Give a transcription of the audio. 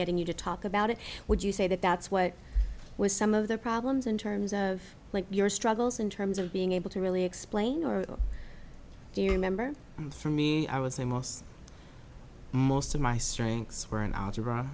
getting you to talk about it would you say that that's what was some of the problems in terms of your struggles in terms of being able to really explain or do you remember for me i would say most most of my strengths were in